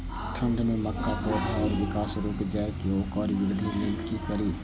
ठंढ में मक्का पौधा के विकास रूक जाय इ वोकर वृद्धि लेल कि करी?